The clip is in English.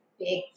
big